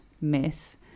miss